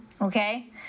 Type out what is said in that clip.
okay